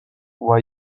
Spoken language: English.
why